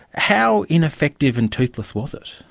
how ineffective and toothless was it?